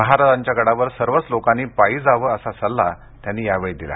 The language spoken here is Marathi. महाराजांच्या गडांवर सर्वच लोकांनी पायी यावे असा सल्ला त्यांनी यावेळी दिला